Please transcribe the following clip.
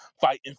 fighting